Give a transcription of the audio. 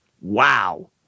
Wow